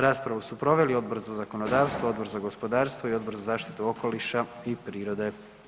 Raspravu su proveli Odbor za zakonodavstvo, Odbor za gospodarstvo i Odbor za zaštitu okoliša i prirode.